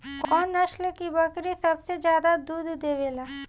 कौन नस्ल की बकरी सबसे ज्यादा दूध देवेले?